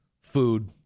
food